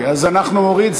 אז אנחנו נוריד,